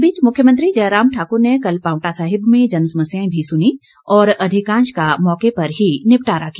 इस बीच मुख्यमंत्री जयराम ठाकुर ने कल पांवटा साहिब में जनसमस्याएं भी सुनी और अधिकांश का मौके पर ही निपटारा किया